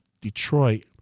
Detroit